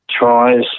tries